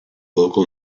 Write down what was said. local